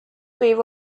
wave